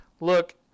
look